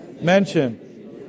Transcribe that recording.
Mention